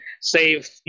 save